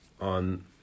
on